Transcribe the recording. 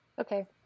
Okay